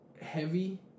heavy